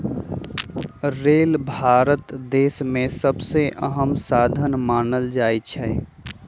rail Bharat देश में सबसे अहम साधन मानल जाई छई